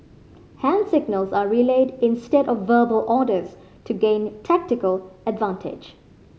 hand signals are relayed instead of verbal orders to gain tactical advantage